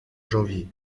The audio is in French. janvier